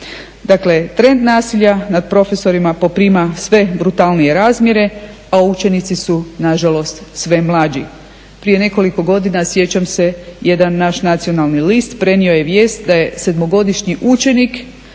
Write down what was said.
Dakle trend nasilja nad profesorima poprima sve brutalnije razmjere, a učenici su nažalost sve mlađi. Prije nekoliko godina sjećam se, jedan naš nacionalni list prenio je vijest da je sedmogodišnji učenik